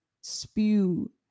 spew